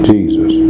Jesus